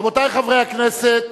רבותי חברי הכנסת,